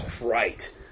Right